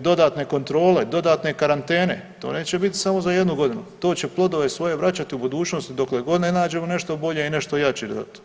dodatne kontrole, dodatne karantene, to neće biti samo za jednu godinu, to će plodove svoje vraćati i u budućnosti dokle god ne nađemo nešto bolje i nešto jače za to.